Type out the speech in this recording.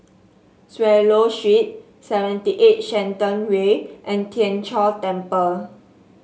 Swallow Street seventy eight Shenton Way and Tien Chor Temple